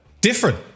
different